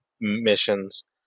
missions